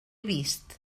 vist